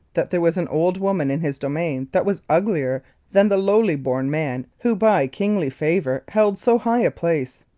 that there was an old woman in his domain that was uglier than the lowly-born man who by kingly favor held so high a place.